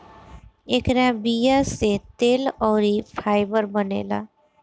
एकरा बीया से तेल अउरी फाइबर बनेला